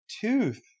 tooth